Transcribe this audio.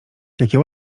jakie